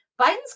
Biden's